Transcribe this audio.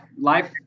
life